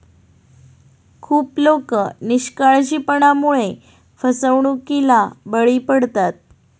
खूप लोक निष्काळजीपणामुळे फसवणुकीला बळी पडतात